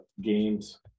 games